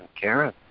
Karen